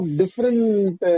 different